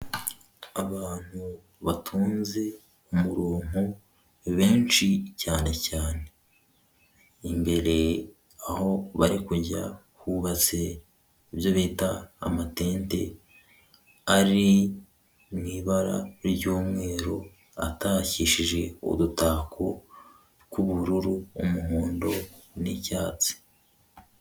Abantu batonze umurongo benshi cyane cyane, imbere aho bari kujya hubatse ibyo bita amatente ari mu ibara ry'umweru atakishije udutako tw'ubururu, umuhondo, n'icyatsi.